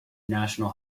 national